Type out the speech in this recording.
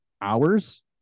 hours